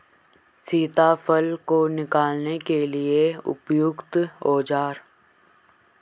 सीताफल को निकालने के लिए उपयुक्त औज़ार?